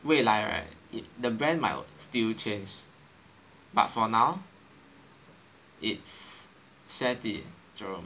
未来 right the brand might still change but for now it's Share Tea Jerome